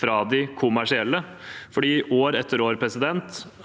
til de kommersielle, for år etter år